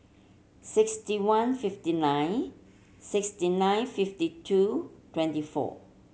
sixty one fifty nine sixty nine fifty two twenty four